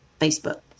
Facebook